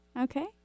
okay